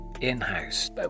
in-house